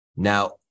Now